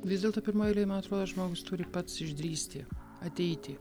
vis dėlto pirmoj eilėj man atrodo žmogus turi pats išdrįsti ateiti